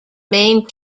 main